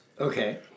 Okay